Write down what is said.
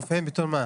מופיעים בתור מה?